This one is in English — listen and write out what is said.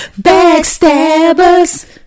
Backstabbers